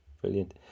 brilliant